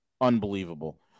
unbelievable